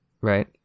Right